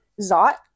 zot